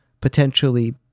potentially